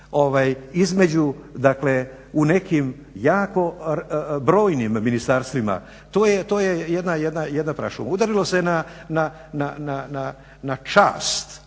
između u nekim jako brojnim ministarstvima, to je jedna prašuma. Udarilo se na čast,